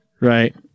Right